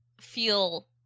feel